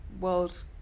World